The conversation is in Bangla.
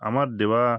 আমার দেওয়া